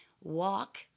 walk